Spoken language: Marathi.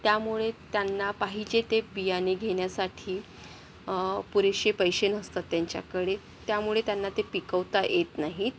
त्यामुळे त्यांना पाहिजे ते बियाणे घेण्यासाठी पुरेसे पैसे नसतात त्यांच्याकडे त्यामुळे त्यांना ते पिकवता येत नाहीत